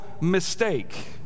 mistake